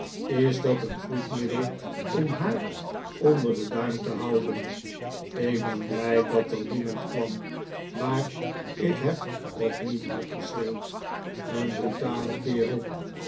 is dat een goed middel om haar onder den duim te houden ik ben blij dat er niemand kwam maar ik heb ook niet hard geschreeuwd een brutale kerel